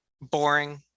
boring